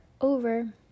over